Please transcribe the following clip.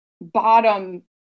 bottom